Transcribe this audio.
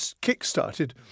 kick-started